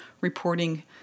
reporting